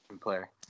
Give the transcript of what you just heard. player